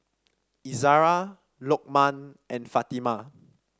Izzara Lokman and Fatimah